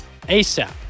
ASAP